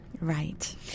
Right